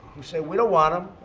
we say, we don't want them.